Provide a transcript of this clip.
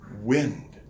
Wind